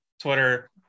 twitter